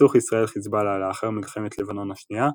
סכסוך ישראל-חזבאללה לאחר מלחמת לבנון השנייה,